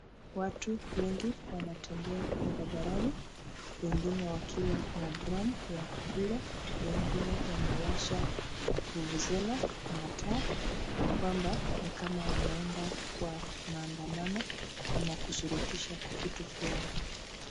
Watu wengi wanatembea barabarani wengine wakiwa na drum ya kupiga, wengine wamewasha vuvuzela na taa kwamba nikama wanaenda kwa maandamano ama kurutisha kitu fulani.